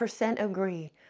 agree